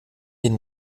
den